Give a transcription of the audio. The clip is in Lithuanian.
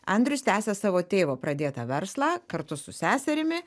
andrius tęsia savo tėvo pradėtą verslą kartu su seserimi